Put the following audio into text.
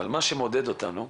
מה שמעודד אותנו,